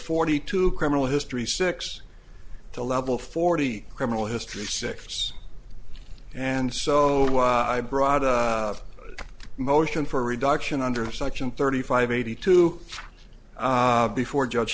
forty to criminal history six to level forty criminal history six and so i brought a motion for reduction under section thirty five eighty two before judge